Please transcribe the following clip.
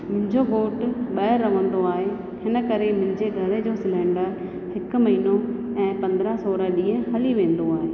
मुंहिंजो घोट ॿाहिरि रहंदो आहे हिन करे मुंहिंजे घर जो सिलेंडर हिकु महिनो ऐं पंद्रहं सोरहं ॾींहं हली वेंदो आहे